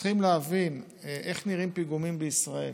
צריכים להבין איך נראים פיגומים בישראל.